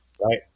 right